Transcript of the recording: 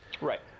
Right